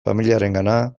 familiarengana